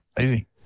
Easy